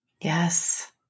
Yes